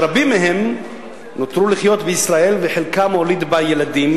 רבים מהם נותרו לחיות בישראל וחלקם הוליד בה ילדים.